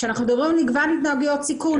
כשאנחנו מדברים על מגוון התנהגויות סיכון.